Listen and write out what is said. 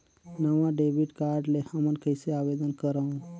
नवा debit card ले हमन कइसे आवेदन करंव?